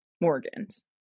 Morgan's